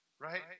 right